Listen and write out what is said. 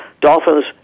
dolphins